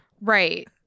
right